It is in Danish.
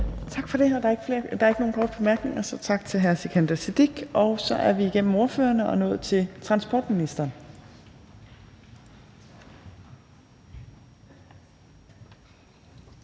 Tak for det. Der er ikke nogen korte bemærkninger, så tak til hr. Sikandar Siddique. Så er vi igennem ordførerne og nået til transportministeren.